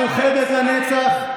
המאוחדת לנצח,